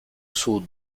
sud